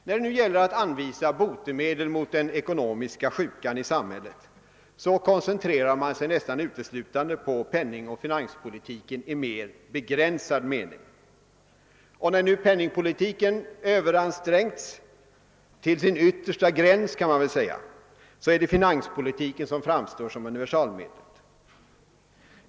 När det gäller att anvisa botemedel mot den ekonomiska sjukan i samhället koncentrerar man sig nästan uteslutande på penningoch finanspolitiken i mer begränsad mening. När nu penningpolitiken överansträngts — till sin yttersta gräns, kan man väl säga — framstår finanspolitiken som universalmedlet.